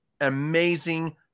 amazing